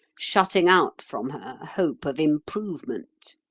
shutting out from her hope of improvement.